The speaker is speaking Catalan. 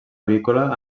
avícola